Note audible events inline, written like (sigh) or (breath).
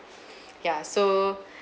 (breath) ya so (breath)